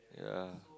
ya